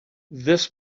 this